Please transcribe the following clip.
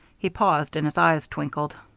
he paused, and his eyes twinkled